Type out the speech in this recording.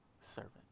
servant